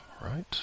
right